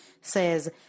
says